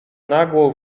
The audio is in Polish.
nagłą